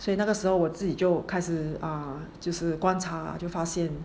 所以那个时候我自己就开始 um 就是观察啊就发现